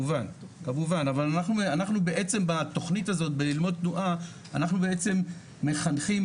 אבל אנחנו בעצם בתכנית 'ללמוד תנועה' מחנכים